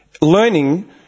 Learning